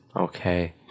Okay